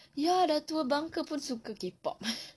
ya sudah tua bangka pun suka K pop